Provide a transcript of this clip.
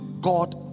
God